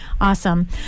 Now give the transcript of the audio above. Awesome